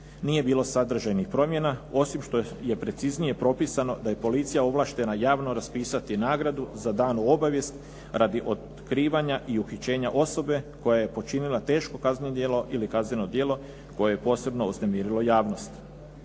nije bilo sadržajnih promjena osim što je preciznije propisano da je policija ovlaštena javno raspisati nagradu za danu obavijest radi otkrivanja i uhićenja osobe koja je počinila teško kazneno djelo ili kazneno djelo koje je posebno uznemirilo javnost.